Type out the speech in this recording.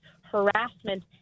harassment